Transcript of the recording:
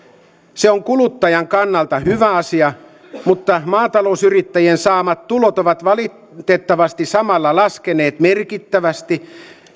se on kuluttajan kannalta hyvä asia mutta maatalousyrittäjien saamat tulot ovat valitettavasti samalla laskeneet merkittävästi